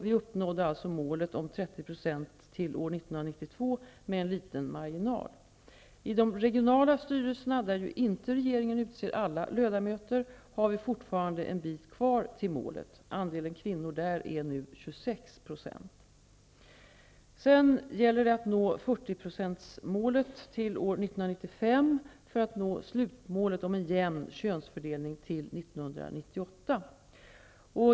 Vi uppnådde således målet 30 % till år 1992 med en liten marginal. I de regionala styrelserna, där ju inte regeringen utser alla ledamöter, har vi fortfarande en bit kvar till målet; andelen kvinnor där är nu 26 %. Sedan gäller det att nå 40-procentsmålet till år 1995 för att nå slutmålet om en jämn könsfördelning till år 1998.